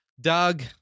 Doug